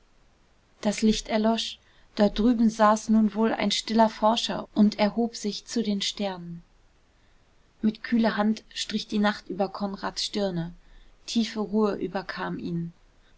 das licht erlosch dort drüben saß nun wohl ein stiller forscher und erhob sich zu den sternen mit kühler hand strich die nacht über konrads stirne tiefe ruhe überkam ihn